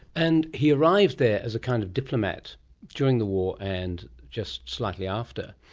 and he arrived there as a kind of diplomat during the war and just slightly after,